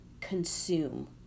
consume